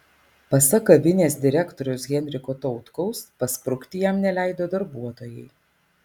pasak kavinės direktoriaus henriko tautkaus pasprukti jam neleido darbuotojai